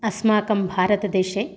अस्माकं भारतदेशे